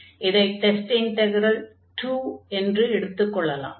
இதை test integral II என்று எடுத்துக் கொள்ளலாம்